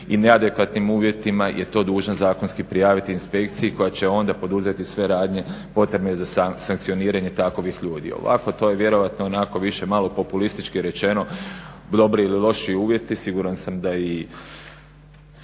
i neadekvatnim uvjetima je to dužan zakonski prijaviti inspekciji koja će onda poduzeti sve radnje potrebne za sankcioniranje takovih ljudi. Ovako to je vjerojatno onako više malo populistički rečeno dobri ili lošiji uvjeti. Siguran sam da i